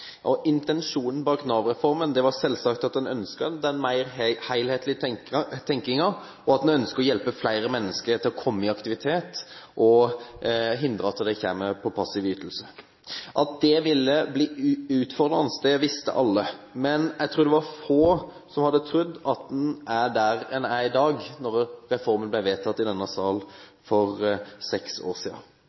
var selvsagt at en ønsket mer helhetlig tenkning; en ønsket å hjelpe flere mennesker til å komme i aktivitet og hindre at de kom på passiv ytelse. At det ville bli utfordrende, visste alle, men jeg tror det var få som hadde trodd at vi skulle være der vi er i dag, da reformen ble vedtatt i denne sal for seks år